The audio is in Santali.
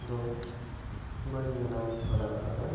ᱫᱚ ᱵᱟᱹᱧ ᱵᱮᱱᱟᱣ ᱵᱟᱲᱟ ᱟᱠᱟᱫᱟ